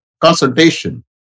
consultation